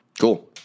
Cool